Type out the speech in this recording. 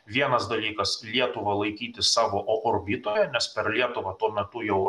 vienas dalykas lietuvą laikyti savo o orbitoje nes per lietuvą tuo metu jau